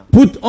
put